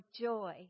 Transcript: joy